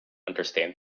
understand